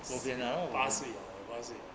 si~ 八岁 oh 八岁 oh